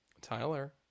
Tyler